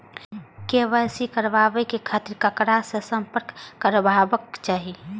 KYC कराबे के खातिर ककरा से संपर्क करबाक चाही?